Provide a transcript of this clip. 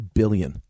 billion